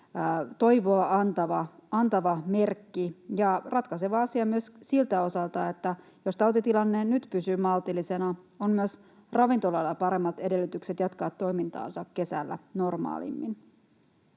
toivoa antava merkki ja ratkaiseva asia myös siltä osin, että jos tautitilanne nyt pysyy maltillisena, on myös ravintoloilla paremmat edellytykset jatkaa toimintaansa kesällä normaalimmin.